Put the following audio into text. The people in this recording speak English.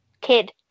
Kid